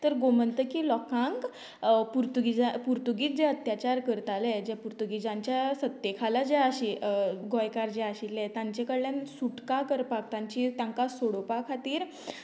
तर गोमन्तकी लोकांक पुर्तुगीजा पुर्तुगीज जे अत्याचार करताले जे पुर्तुगिजांच्या सत्तेखाला जें आशि आशिल्लें गोंयकार जे आशिल्ले तांचे कडल्यान सुटका करपाक तांची तांकां सोडोवपा खातीर